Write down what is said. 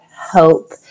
hope